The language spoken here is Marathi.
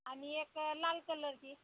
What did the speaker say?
आणि एक लाल कलरची